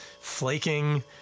flaking